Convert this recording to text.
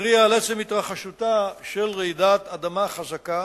שתתריע על עצם התרחשותה של רעידת אדמה חזקה